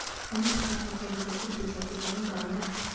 America सारख्या विकसित देशाचे चलन डॉलर आहे